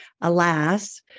Alas